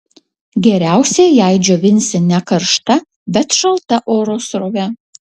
geriausia jei džiovinsi ne karšta bet šalta oro srove